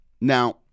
now